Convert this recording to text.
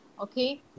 okay